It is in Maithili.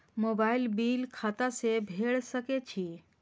मोबाईल बील खाता से भेड़ सके छि?